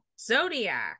zodiac